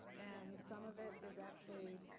and some of it is actually